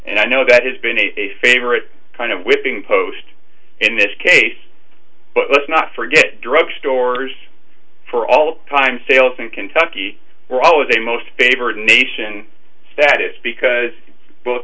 and i know that has been a favorite kind of whipping post in this case but let's not forget drug stores for all time sales in kentucky were always the most favored nation status because